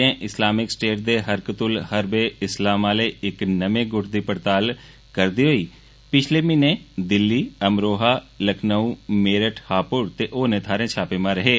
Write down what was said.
ने Islamic State दे हरकत उल हर्ब ए इस्लाम आले इक नमें गुट दी पड़ताल करदे होई पिछले म्हीने दिल्ली अमरोहा लखनऊ मेरठ हापुड़ ते होरनें थाहरें छापे मारे हे